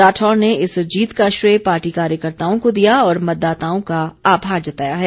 राठौर ने इस जीत का श्रेय पार्टी कार्यकर्ताओं को दिया और मतदाताओं का आभार जताया है